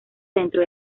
dentro